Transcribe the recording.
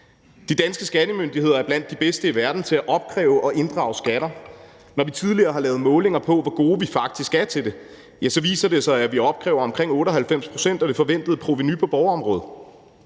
De danske skattemyndigheder er blandt de bedste i verden til at opkræve og inddrive skatter. Når vi tidligere har lavet målinger på, hvor gode vi faktisk er til det, så viser det sig, at vi opkræver omkring 98 pct. af det forventede provenu på borgerområdet.